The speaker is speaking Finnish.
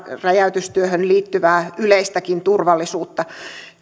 räjäytystyöhön liittyvää yleistäkin turvallisuutta